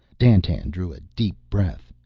dandtan drew a deep breath.